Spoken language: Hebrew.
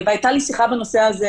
הייתה לי שיחה בנושא הזה,